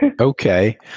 Okay